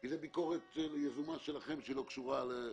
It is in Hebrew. כי זה ביקורת יזומה שלכם שלא קשורה.